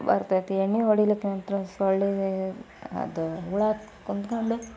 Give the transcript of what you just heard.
ಬರ್ತೈತಿ ಎಣ್ಣೆ ಹೊಡೀಲಿಕ್ಕಂತೂ ಸೊಳ್ಳೆದೇ ಅದು ಹುಳು ಕೂತ್ಕೊಂಡು